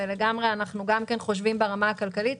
אנחנו חושבים גם ברמה הכלכלית,